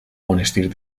monestir